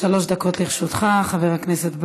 שלוש דקות לרשותך, חבר הכנסת בר.